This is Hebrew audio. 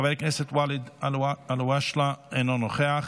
חבר הכנסת ואליד אלהואשלה, אינו נוכח,